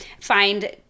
find